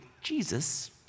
Jesus